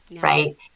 right